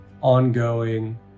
ongoing